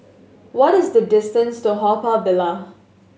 what is the distance to Haw Par Villa